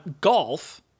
golf